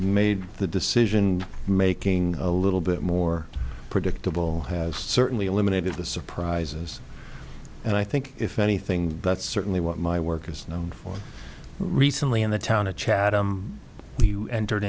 made the decision making a little bit more predictable has certainly eliminated the surprises and i think if anything but certainly what my work is known for recently in the town of chatham entered